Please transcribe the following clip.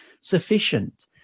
sufficient